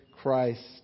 Christ